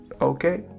Okay